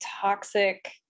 toxic